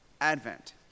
Advent